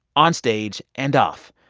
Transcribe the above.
on stage and off,